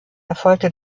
erfolgte